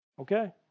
Okay